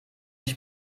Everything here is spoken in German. mich